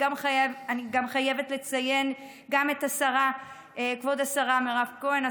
אני חייבת לציין גם את כבוד השרה מירב כהן,